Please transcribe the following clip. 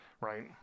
Right